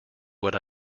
what